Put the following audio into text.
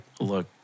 Look